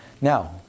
Now